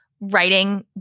writing